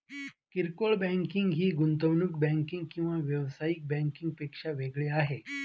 किरकोळ बँकिंग ही गुंतवणूक बँकिंग किंवा व्यावसायिक बँकिंग पेक्षा वेगळी आहे